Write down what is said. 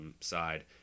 side